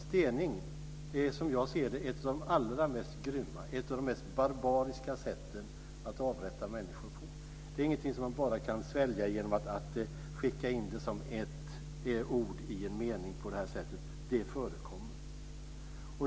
Stening är som jag ser det ett av de allra mest grymma - ett av de mest barbariska - sätten att avrätta människor på. Det är ingenting som man bara kan svälja genom att skicka in det som ett ord i en mening på detta sätt. Det förekommer.